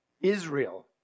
Israel